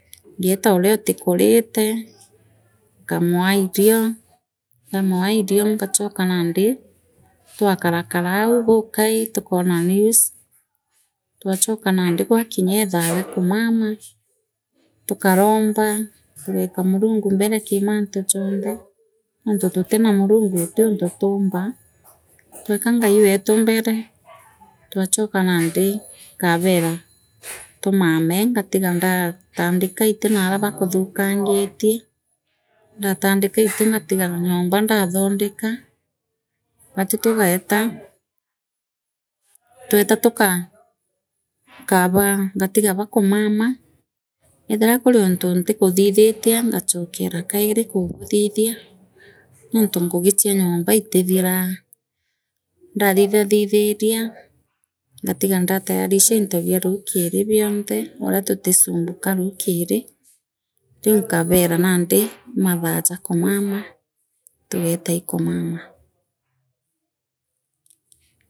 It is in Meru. Ngeetoria utikurite nkomwaa irio ndamwa irio twachooka nandi twakarakara au bukai tukona news twachoka nandi twakarakara au bukai tukona news twachoka nandi gwakinya ithaa ria kumama tukarumbaa tugeeka murungu mbere kii mantu jonthe nontu tutera murungu uti untu tumbaa na twekaa Ngai wetu mbere twachoka nandi nkabera tumaamo ngatiga ndatandika iiti naaria bakuthukangitie ndatandika iti ngatiga nyomba ndaatondekaa baatwi tugeeta twatai tukaa nga nkabaatiga bakumama ehtira kari untu ntikuthithitie ngachokera kairi kaabuthithia nontu ngugi chia nyomba iitithiraa ndathithathithiria ngatiga ndatayarisha into bia rukiri bionthe uria tutisumbukaa rukiri riu nkabeeraa nandi ii mathaa jaakumama tugeeta ii kumama.